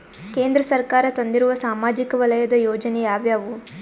ಕೇಂದ್ರ ಸರ್ಕಾರ ತಂದಿರುವ ಸಾಮಾಜಿಕ ವಲಯದ ಯೋಜನೆ ಯಾವ್ಯಾವು?